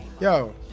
Yo